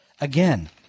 again